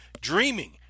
Dreaming